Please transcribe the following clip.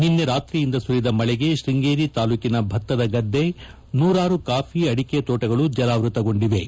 ನಿನ್ನೆ ರಾತ್ರಿಯಿಂದ ಸುರಿದ ಮಳೆಗೆ ಶೃಂಗೇರಿ ತಾಲೂಕಿನ ಭತ್ತದ ಗದ್ದೆ ನೂರಾರು ಕಾಫಿ ಅದಿಕೆ ತೋಟಗಳು ಜಾಲಾವೃತಗೊಂಡಿವೆ